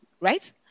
right